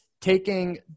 taking